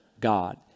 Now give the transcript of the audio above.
God